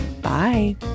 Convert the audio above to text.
Bye